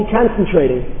concentrating